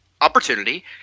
opportunity –